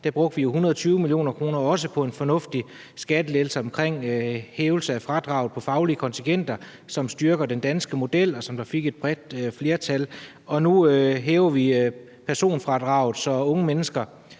jo brugte 120 mio. kr. på en fornuftig skattelettelse i forhold til en hævelse af fradraget på faglige kontingenter – noget, som styrker den danske model, og som fik et bredt flertal. Nu hæver vi personfradraget, så unge mennesker,